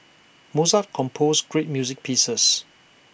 Mozart composed great music pieces